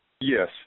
Yes